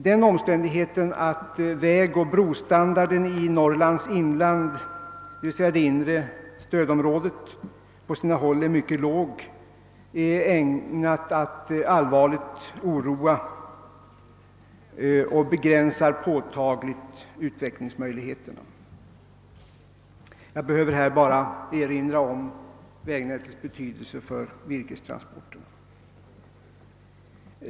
Den omständigheten att vägoch brostandarden i Norrlands inland — d.v.s. det inre stödområdet — på sina håll är mycket låg är ägnad att oroa och begränsar påtagligt utvecklingsmöjligheterna. Jag behöver här bara erinra om vägnätets betydelse för virkestransporterna.